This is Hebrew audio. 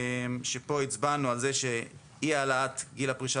פה הצבענו על זה שאי העלאת גיל הפרישה